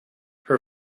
her